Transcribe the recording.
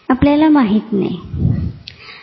आपल्याला माहित नाही